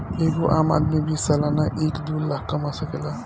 एगो आम आदमी भी सालाना एक दू लाख कमा सकेला